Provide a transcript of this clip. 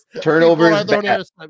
Turnovers